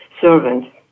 servant